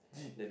jeep